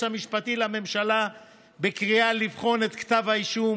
המשפטי לממשלה בקריאה לבחון את כתב האישום,